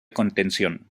contención